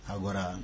Agora